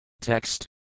Text